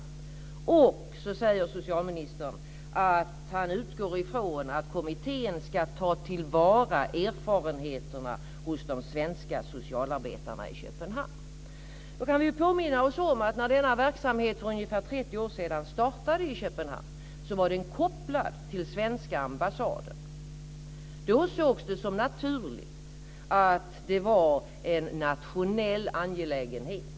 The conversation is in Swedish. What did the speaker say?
Socialministern säger också att han utgår ifrån att kommittén ska ta till vara erfarenheterna hos de svenska socialarbetarna i Köpenhamn. Då kan vi ju påminna oss om att när denna verksamhet för ungefär 30 år sedan startade i Köpenhamn så var den kopplad till svenska ambassaden. Då sågs det, av olika skäl, som naturligt att det var en nationell angelägenhet.